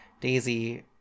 Daisy